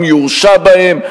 אם יורשע בהם,